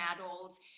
adults